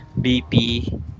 BP